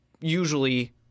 usually